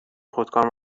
خودکار